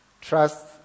Trust